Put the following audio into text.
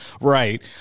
Right